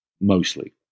mostly